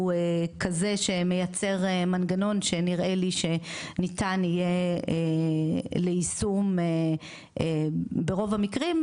הוא כזה שמייצר מנגנון שנראה לי שניתן יהיה ליישום ברוב המקרים,